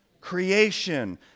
Creation